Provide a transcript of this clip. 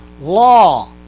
law